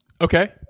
Okay